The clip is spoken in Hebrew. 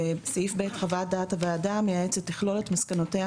ובסעיף (ב) חוות דעת הוועדה המייעצת תכלול את מסקנותיה